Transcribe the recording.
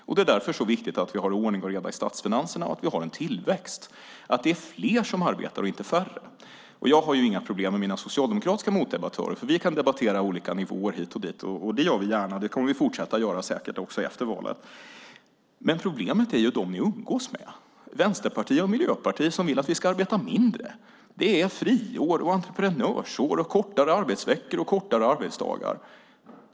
Därför är det så viktigt att vi har ordning och reda i statsfinanserna och att vi har tillväxt, att det är fler som arbetar - inte färre. Jag har inga problem med mina socialdemokratiska motdebattörer. Vi kan debattera olika nivåer hit och dit. Det gör vi gärna, och det kommer vi säkert att fortsätta att göra efter valet. Problemet är de ni umgås med. Vänsterpartiet och Miljöpartiet vill att vi ska arbeta mindre. Det är friår, entreprenörsår, kortare arbetsveckor och kortare arbetsdagar.